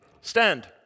Stand